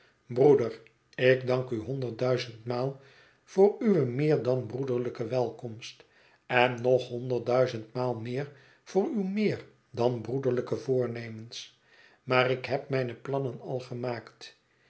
broeder ik dank u honderdduizendmaal voor uwe meer dan broederlijke welkomst en nog honderdduizendmaal meer voor uwe meer dan broederlijke voornemens maar ik heb mijne plannen al gemaakt